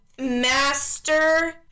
master